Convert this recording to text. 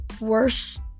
worse